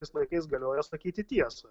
tais laikais galiojo sakyti tiesą